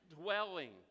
dwelling